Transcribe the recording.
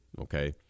okay